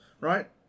right